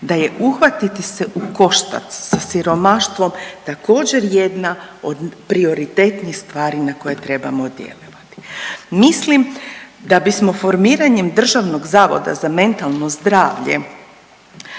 da je uhvatiti se u koštac sa siromaštvom također jedna od prioritetnih stvari na koje trebamo djelovati. Mislim da bismo formiranjem državnog zavoda za mentalno zdravlje